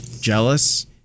jealous